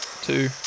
two